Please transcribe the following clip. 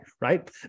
right